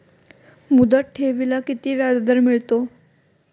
मुदत ठेवीला किती व्याजदर मिळतो?